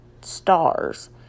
stars